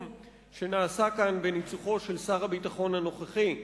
שנעשה כאן בניצוחו של שר הביטחון הנוכחי.